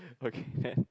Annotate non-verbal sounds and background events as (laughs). (laughs) okay can